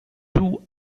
two